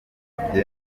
abamuzi